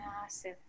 massive